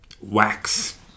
wax